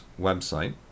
website